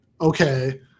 okay